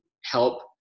help